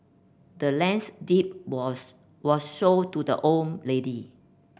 the land's deed was was sold to the old lady